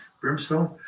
brimstone